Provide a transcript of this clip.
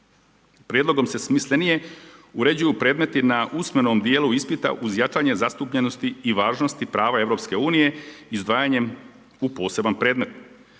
Prijedlogom se smislenije uređuju predmeti na usmenom djelu ispita uz jačanje zastupljenosti i važnosti prava EU-a izdvajanjem u poseban predmet.